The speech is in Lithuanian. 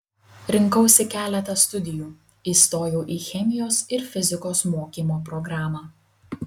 rinkausi keletą studijų įstojau į chemijos ir fizikos mokymo programą